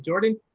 jordan,